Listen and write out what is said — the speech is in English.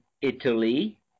Italy